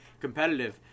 competitive